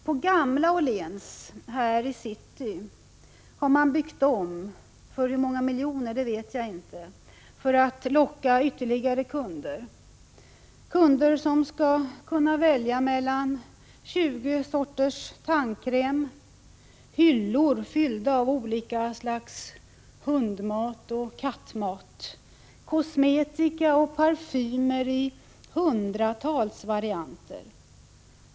På ”gamla” Åhléns här i city har man byggt om — för hur många miljoner vet jag inte — för att locka ytterligare kunder, kunder som skall kunna välja mellan 20 sorters tandkräm, kosmetika och parfymer i hundratals varianter. Hyllorna är fyllda av olika slags hundoch kattmat.